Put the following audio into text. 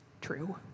True